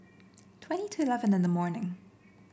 twenty to eleven in the morning